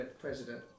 President